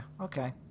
Okay